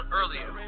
earlier